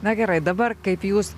na gerai dabar kaip jūs